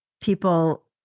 people